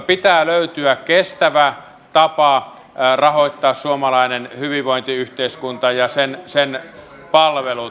pitää löytyä kestävä tapa rahoittaa suomalainen hyvinvointiyhteiskunta ja sen palvelut